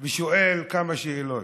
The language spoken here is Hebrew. ושואל כמה שאלות.